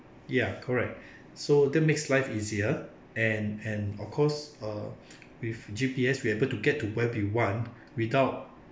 ya correct so that makes life easier and and of course uh with G_P_S we are able to get to where we want without